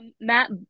Matt